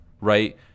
right